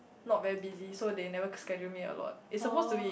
not very busy so they never schedule me a lot it's supposed to be